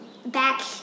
Back